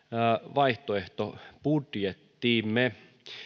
vaihtoehtobudjettiimme